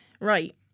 right